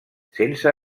sense